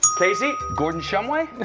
casey? gordon shumway.